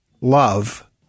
Love